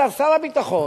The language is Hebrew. שר הביטחון,